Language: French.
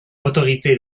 autorité